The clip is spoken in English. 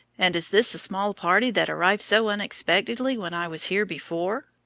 and is this the small party that arrived so unexpectedly when i was here before?